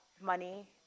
money